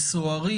עם סוהרים,